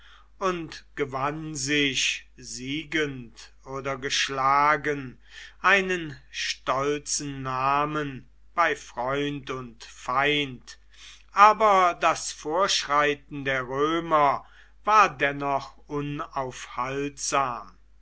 und gewann sich siegend oder geschlagen einen stolzen namen bei freund und feind aber das vorschreiten der römer war dennoch unaufhaltsam